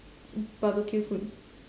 barbecue food